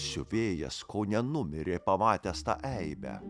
siuvėjas ko nenumirė pamatęs tą eibę